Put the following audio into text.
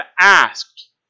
asked